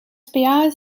spa